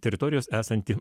teritorijos esanti